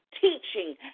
teaching